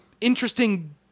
interesting